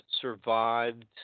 survived